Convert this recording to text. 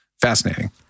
fascinating